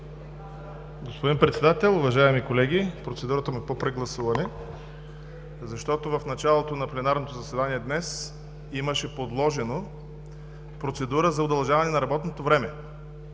Господин Председател, уважаеми колеги! Процедурата ми е по прегласуване, защото в началото на пленарното заседание днес имаше подложена процедура за удължаване на работното време.